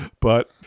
But-